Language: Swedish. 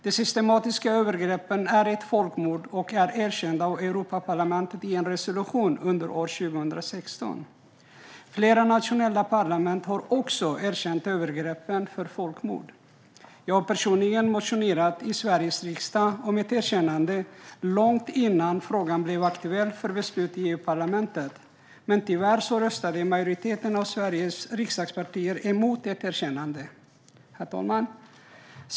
De systematiska övergreppen är ett folkmord som har erkänts av Europaparlamentet i en resolution från 2016. Flera nationella parlament har också erkänt övergreppen som folkmord. Jag har personligen motionerat i Sveriges riksdag om ett erkännande långt innan frågan blev aktuell för beslut i EU-parlamentet. Men tyvärr röstade majoriteten av Sveriges riksdagspartier emot ett erkännande. Herr talman!